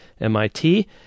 MIT